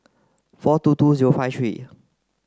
four two two zero five three